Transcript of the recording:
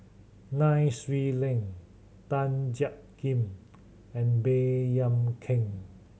Nai Swee Leng Tan Jiak Kim and Baey Yam Keng